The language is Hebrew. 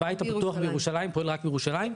הבית הפתוח בירושלים פונה רק לאנשי ירושלים.